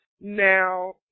Now